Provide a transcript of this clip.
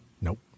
Nope